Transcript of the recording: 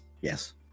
Yes